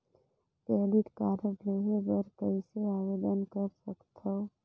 Credit card लेहे बर कइसे आवेदन कर सकथव?